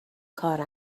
کار